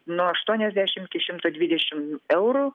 nuo aštuoniasdešimt iki šimto dvidešimt eurų